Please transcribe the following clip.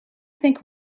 think